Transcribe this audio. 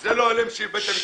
אלה נהלים של בית המשפט.